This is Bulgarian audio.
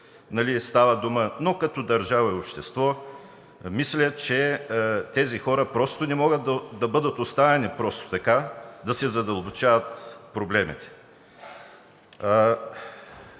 става дума, но като държава и общество мисля, че тези хора просто не могат да бъдат оставени просто така и да се задълбочават проблемите.